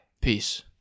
peace